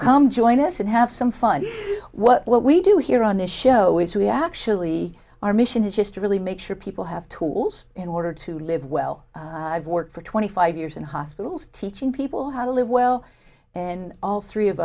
come join us and have some fun what we do here on this show is we actually our mission is just to really make sure people have tools in order to live well i've worked for twenty five years in hospitals teaching people how to live well and all three of